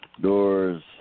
Doors